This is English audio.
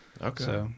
Okay